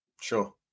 sure